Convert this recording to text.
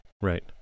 Right